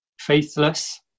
faithless